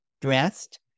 dressed